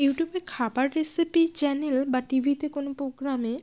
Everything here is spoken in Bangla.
ইউটিউবে খাবার রেসিপি চ্যানেল বা টি ভিতে কোনো পোগ্রামে